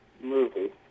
Movie